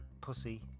pussy